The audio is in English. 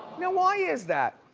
now why is that?